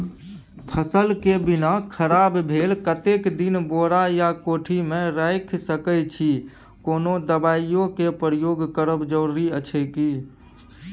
फसल के बीना खराब भेल कतेक दिन बोरा या कोठी मे रयख सकैछी, कोनो दबाईयो के प्रयोग करब जरूरी अछि की?